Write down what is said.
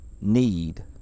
need